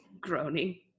Groaning